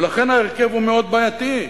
ולכן, ההרכב הוא מאוד בעייתי.